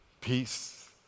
peace